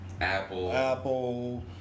Apple